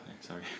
Sorry